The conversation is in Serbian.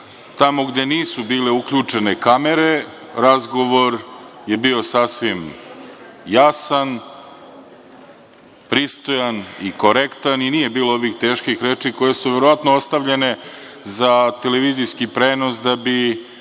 tamo gde nisu bile uključene kamere, razgovor je bio sasvim jasan, pristojan i korektan i nije bilo ovih teških reči koje su verovatno ostavljene za televizijski prenos da bi